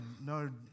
no